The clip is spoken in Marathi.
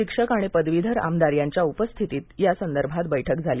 शिक्षक आणि पदवीधर आमदार यांच्या उपस्थितीत यासंदर्भात बैठक झाली